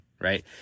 right